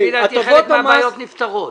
לפי דעתי חלק מהבעיות נפתרות.